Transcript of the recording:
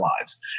lives